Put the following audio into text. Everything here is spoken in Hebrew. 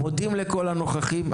אנחנו מודים לכל הנוכחים.